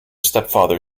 stepfather